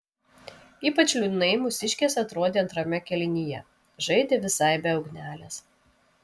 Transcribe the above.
ypač liūdnai mūsiškės atrodė antrame kėlinyje žaidė visai be ugnelės